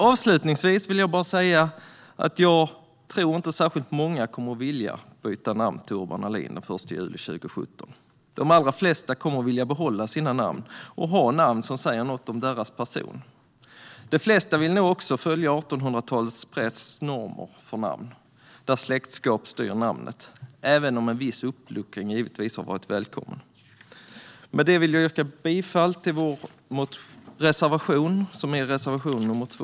Avslutningsvis vill jag bara säga att jag inte tror att särskilt många kommer att vilja byta namn till Urban Ahlin den 1 juli 2017. De allra flesta kommer att vilja behålla sina namn och ha namn som säger något om deras person. De flesta vill nog också följa 1800-talets normer för namn, där släktskap styr namnet - även om en viss uppluckring givetvis har varit välkommen. Med det vill jag yrka bifall till vår reservation, det vill säga reservation nr 2.